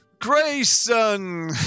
Grayson